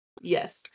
Yes